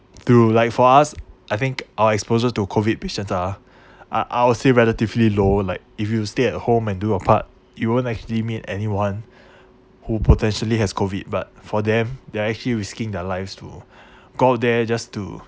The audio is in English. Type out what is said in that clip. through like for us I think our expossure to COVID patients are I I'll say relatively low like if you stay at home and do your part you won't actually meet anyone who potentially has COVID but for them they are actually risking their lives to go out there just to